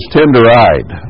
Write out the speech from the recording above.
tender-eyed